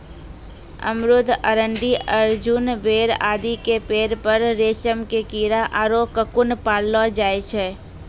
अमरूद, अरंडी, अर्जुन, बेर आदि के पेड़ पर रेशम के कीड़ा आरो ककून पाललो जाय छै